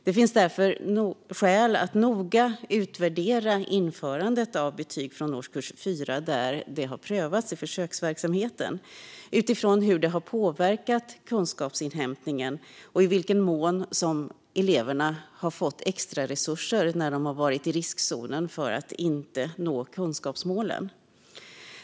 Det finns därför skäl att noga utvärdera införandet av betyg från årskurs 4, där detta har prövats i försöksverksamheten, utifrån hur det har påverkat kunskapsinhämtningen och i vilken mån eleverna har fått extra resurser när de har varit i riskzonen för att inte nå kunskapsmålen.